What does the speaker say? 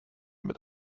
mit